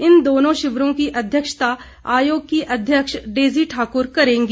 इन दोनों शिविरों की अध्यक्षता आयोग की अघ्यक्ष डेज़ी ठाकुर करेंगी